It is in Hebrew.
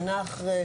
שנה אחרי,